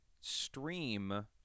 stream